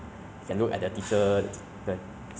for 我的 if I'm not wrong 是